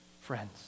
Friends